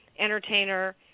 entertainer